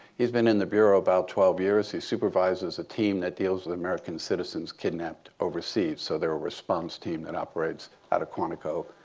he's been in the bureau about twelve years. he supervises a team that deals with american citizens kidnapped overseas. so they're a response team that operates out of quantico,